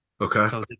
Okay